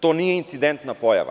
To nije incidentna pojava.